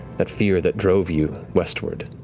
that fear that drove you westward,